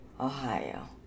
Ohio